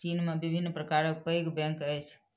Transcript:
चीन में विभिन्न प्रकारक पैघ बैंक अछि